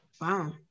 wow